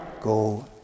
Go